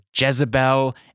Jezebel